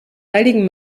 heiligen